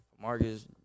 Marcus